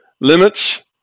limits